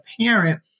parent